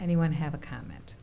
anyone have a comment